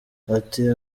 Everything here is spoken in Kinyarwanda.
ati